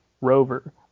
Rover